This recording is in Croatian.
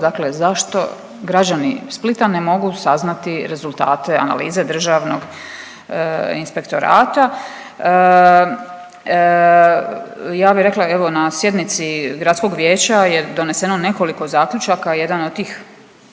dakle zašto građani Splita ne mogu saznati rezultate analize državnog inspektorata. Ja bi rekla evo na sjednici Gradskog vijeća je doneseno nekoliko zaključaka, jedan od tih